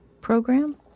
program